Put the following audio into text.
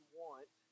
want